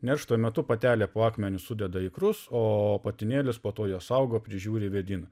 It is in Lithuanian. neršto metu patelė po akmeniu sudeda ikrus o patinėlis po to juos saugo prižiūri vėdina